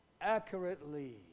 accurately